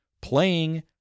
playing